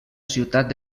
ciutat